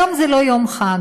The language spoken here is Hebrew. היום זה לא יום חג.